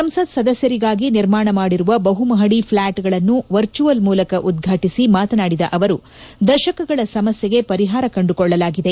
ಸಂಸತ್ ಸದಸ್ಯರಿಗಾಗಿ ನಿರ್ಮಾಣ ಮಾಡಿರುವ ಬಹುಮಹಡಿ ಫ್ಲಾಟ್ಗಳನ್ನು ವರ್ಚುವಲ್ ಮೂಲಕ ಉದ್ವಾಟಿಸಿ ಮಾತನಾಡಿದ ಅವರು ದತಕಗಳ ಸಮಸ್ನೆಗೆ ಪರಿಹಾರ ಕಂಡು ಕೊಳ್ಳಲಾಗಿದೆ